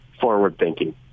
forward-thinking